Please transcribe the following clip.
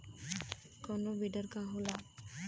कोनो बिडर का होला?